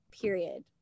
period